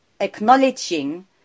acknowledging